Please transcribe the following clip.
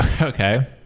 Okay